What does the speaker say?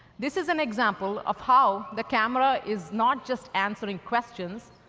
this is an example of how the camera is not just answering questions,